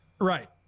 Right